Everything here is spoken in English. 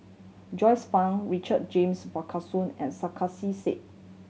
Joyce Fan Richard James and Sarkasi Said